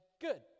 good